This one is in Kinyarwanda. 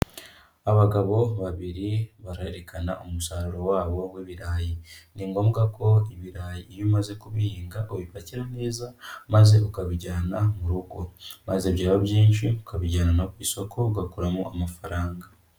Abagabo babiri barerekana umusaruro wabo w'ibirayi. Ni ngombwa ko ibirayi iyo umaze kubihinga, ubipakira neza maze ukabijyana mu rugo maze byaba byinshi, ukabijyana no ku isoko, ugakuramo amafaranga.